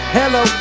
hello